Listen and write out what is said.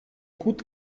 gut